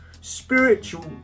spiritual